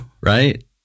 right